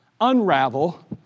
unravel